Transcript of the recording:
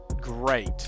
great